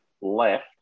left